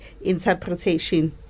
interpretation